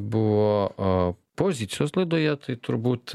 buvo pozicijos laidoje tai turbūt